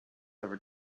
over